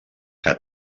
que